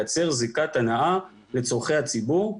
לייצר זיקת הנאה לצורכי הציבור.